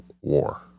war